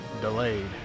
delayed